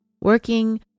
working